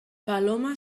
paloma